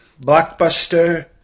Blockbuster